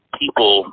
people